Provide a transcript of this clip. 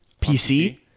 PC